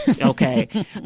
Okay